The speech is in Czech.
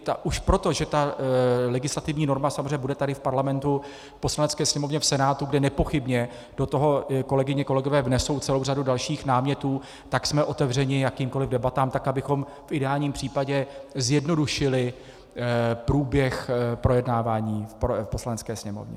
My už proto, že ta legislativní norma samozřejmě bude tady v Parlamentu, v Poslanecké sněmovně, v Senátu, kde nepochybně do toho kolegyně, kolegové vnesou celou řadu dalších námětů, tak jsme otevřeni jakýmkoliv debatám, tak abychom v ideálním případě zjednodušili průběh projednávání v Poslanecké sněmovně.